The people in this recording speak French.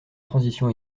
transition